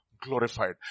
glorified